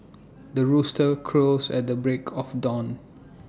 the rooster crows at the break of dawn